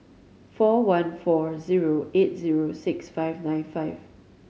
four one four zero eight zero six five nine five